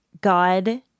God